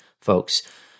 folks